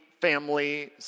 family